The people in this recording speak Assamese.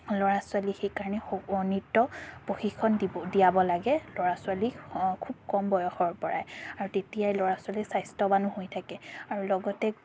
ল'ৰা ছোৱালীক সেইকাৰণে সক নৃত্য প্ৰশিক্ষণ দিব দিয়াব লাগে ল'ৰা ছোৱালীক খুব কম বয়সৰ পৰাই আৰু তেতিয়াই ল'ৰা ছোৱালী স্বাস্থ্যৱানো হৈ থাকে আৰু লগতে